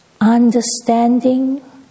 understanding